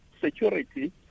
security